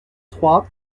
trois